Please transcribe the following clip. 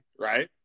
right